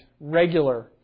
regular